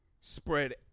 spread